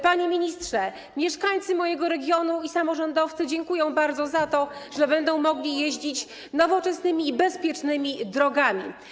Panie ministrze, mieszkańcy mojego regionu i samorządowcy dziękują bardzo za to, że będą mogli jeździć nowoczesnymi i bezpiecznymi drogami.